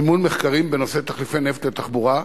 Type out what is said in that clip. מימון מחקרים בנושא תחליפי נפט לתחבורה,